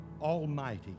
Almighty